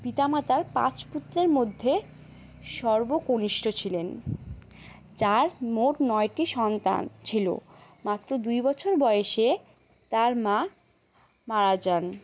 পিতা মাতার পাঁচপুত্রের মধ্যে সর্বকনিষ্ঠ ছিলেন যার মোট নয়টি সন্তান ছিল মাত্র দুই বছর বয়সে তার মা মারা যান